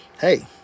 hey